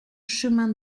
chemin